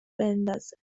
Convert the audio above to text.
بندازه